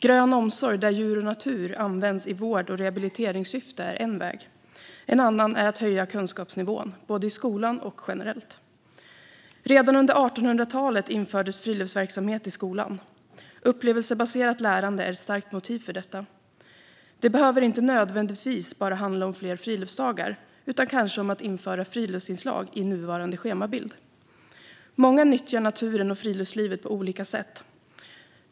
Grön omsorg där djur och natur används i vård och rehabiliteringssyfte är en väg, och en annan är att höja kunskapsnivån både i skolan och generellt. Redan under 1800-talet infördes friluftsverksamhet i skolan. Upplevelsebaserat lärande är ett starkt motiv för detta. Det behöver inte handla enbart om fler friluftsdagar, utan det kan kanske handla om att införa friluftsinslag i nuvarande schemabild. Många nyttjar naturen och friluftslivet på olika sätt.